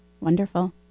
Wonderful